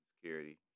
security